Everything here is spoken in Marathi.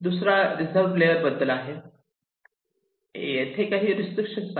दुसरा रिझर्व लेअर बद्दल आहे तेथे काही रेस्ट्रीक्शन आहे